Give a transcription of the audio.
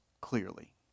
clearly